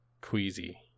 Queasy